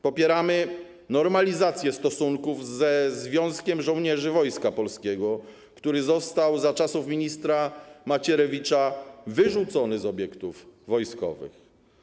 Popieramy normalizację stosunków ze Związkiem Żołnierzy Wojska Polskiego, który został za czasów ministra Macierewicza wyrzucony z obiektów wojskowych.